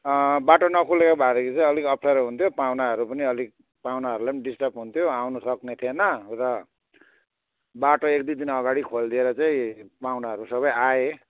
बाटो नखोलिएकोको भएदेखि चाहिँ अलि अप्ठ्यारो हुन्थ्यो पाहुनाहरू पनि अलिक पाुहानाहरूलाई पनि डिस्टर्ब हुन्थ्यो आउनु सक्ने थिएन र बाटो एक दुई दिन अगाडि नै खोलिदिएर चाहिँ पाउनाहरू सबै आए